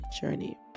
journey